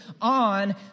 on